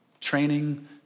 Training